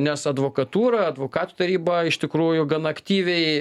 nes advokatūra advokatų taryba iš tikrųjų gan aktyviai